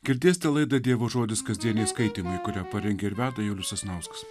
girdėsite laida dievo žodis kasdieniai skaitymai kurią parengia ir veda julius sasnauskas